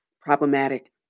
problematic